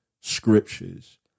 scriptures